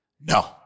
No